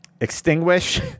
extinguish